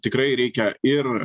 tikrai reikia ir